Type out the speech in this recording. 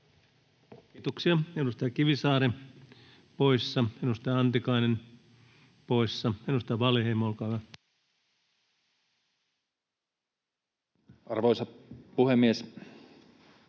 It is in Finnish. Kiitoksia. — Edustaja Kivisaari, poissa. Edustaja Antikainen, poissa. — Edustaja Wallinheimo, olkaa hyvä. Arvoisa puhemies!